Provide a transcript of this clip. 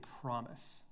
promise